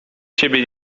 ciebie